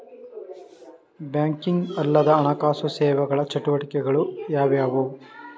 Banking ಅಲ್ಲದ ಹಣಕಾಸು ಸೇವೆಗಳ ಚಟುವಟಿಕೆಗಳು ಯಾವುವು?